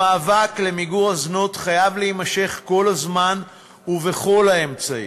המאבק למיגור הזנות חייב להימשך כל הזמן ובכל האמצעים.